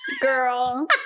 Girl